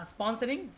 sponsoring